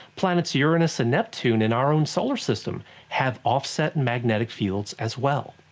planets uranus and neptune in our own solar system have offset magnetic fields as well.